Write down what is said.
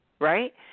Right